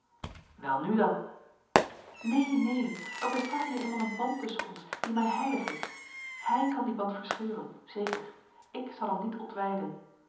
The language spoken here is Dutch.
welnu dan neen neen er bestaat nu eenmaal een band tusschen ons die mij heilig is hij kan die band verscheuren zeker ik zal m niet ontwijden